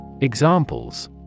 Examples